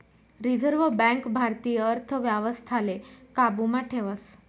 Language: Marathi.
रिझर्व बँक भारतीय अर्थव्यवस्थाले काबू मा ठेवस